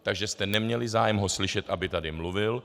Takže jste neměli zájem ho slyšet, aby tady mluvil.